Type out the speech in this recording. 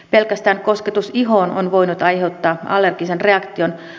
pelkästään kosketus ihoon on voinut aiheuttaa allergisen reaktion